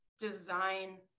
design